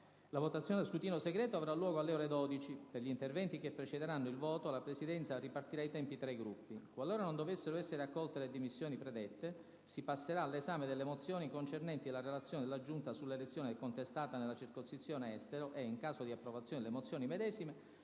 La votazione a scrutinio segreto avrà luogo alle ore 12. Per gli interventi che precederanno il voto la Presidenza ripartirà i tempi tra i Gruppi. Qualora non dovessero essere accolte le dimissioni predette, si passerà all'esame delle mozioni concernenti la relazione della Giunta sulla elezione contestata nella Circoscrizione estero e, in caso di approvazione delle mozioni medesime,